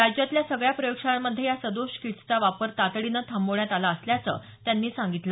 राज्यातल्या सगळ्या प्रयोगशाळांमध्ये या सदोष किट्सचा वापर तातडीनं थांबवण्यात आला असल्याचं त्यांनी सांगितलं